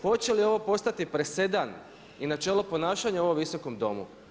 Hoće li ovo postati presedan i načelo ponašanja u ovom Visokom domu?